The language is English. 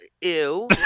Ew